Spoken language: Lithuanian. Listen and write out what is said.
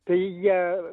tai jie